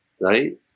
Right